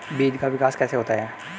बीज का विकास कैसे होता है?